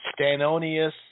Stanonius